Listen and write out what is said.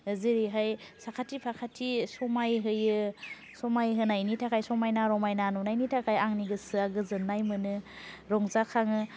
जेरैहाय साखाथि फाखाथि समाय होयो समायहोनायनि थाखाय समायना रमायना नुनायनि थाखाय आंनि गोसोया गोजोननाय मोनो रंजा खाङो